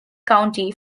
county